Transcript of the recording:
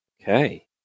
Okay